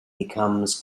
becomes